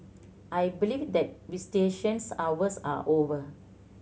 I believe that visitations hours are over